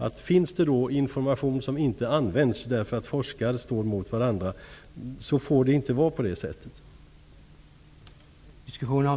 Det får inte vara så att information inte används därför att forskare står emot varandra.